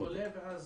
חייבים אותו.